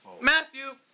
Matthew